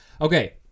Okay